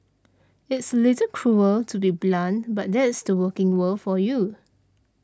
it's a little cruel to be blunt but that's the working world for you